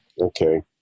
okay